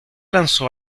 lanzó